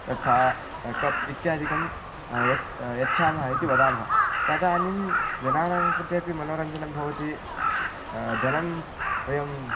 तथा कप् इत्यादिकं यच्छामः इति वदामः तदानीं जनानां कृते अपि मनोरञ्जनं भवति धनं वयं